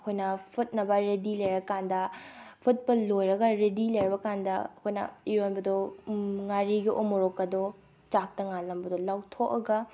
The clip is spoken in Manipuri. ꯑꯩꯈꯣꯏꯅ ꯐꯨꯠꯅꯕ ꯔꯦꯗꯤ ꯂꯩꯔꯀꯥꯟꯗ ꯐꯨꯠꯄ ꯂꯣꯏꯔꯒ ꯔꯦꯗꯤ ꯂꯩꯔꯔꯕꯀꯥꯟꯗ ꯑꯩꯈꯣꯏꯅ ꯏꯔꯣꯟꯕꯗꯣ ꯉꯥꯔꯤꯒ ꯎ ꯃꯣꯔꯣꯛꯀꯗꯣ ꯆꯥꯛꯇ ꯉꯥꯜꯂꯝꯕꯗꯣ ꯂꯧꯊꯣꯛꯑꯒ